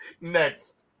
Next